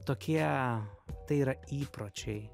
tokie tai yra įpročiai